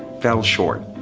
fell short.